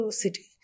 city